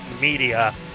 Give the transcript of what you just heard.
Media